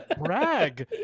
Brag